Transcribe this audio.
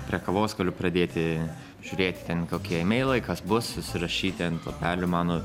prie kavos galiu pradėti žiūrėti ten kokie emeilai kas bus susirašyti ant lapelių mano